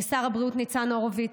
לשר הבריאות ניצן הורוביץ,